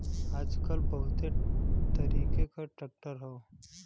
आजकल बहुत तरीके क ट्रैक्टर हौ